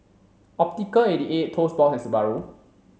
Optical eighty eight Toast Box and Subaru